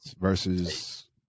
versus